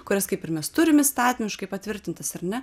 kurias kaip ir mes turim įstatymiškai patvirtintas ar ne